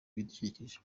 ibidukikije